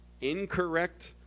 incorrect